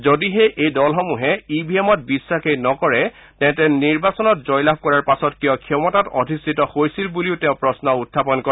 যদিহে এই দলসমূহে ই ভি এমত বিশ্বাসেই নকৰে তেন্তে নিৰ্বাচনত জয়লাভ কৰাৰ পাছত কিয় ক্ষমতাত অধিষ্ঠিত হৈছিল বুলিও তেওঁ প্ৰশ্ন উখাপন কৰে